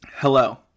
Hello